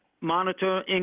monitor